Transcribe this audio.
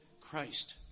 Christ